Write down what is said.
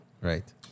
Right